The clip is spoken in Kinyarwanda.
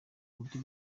uburyo